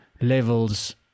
levels